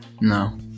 no